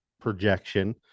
projection